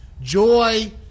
joy